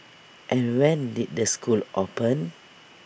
and when did the school open